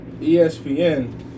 ESPN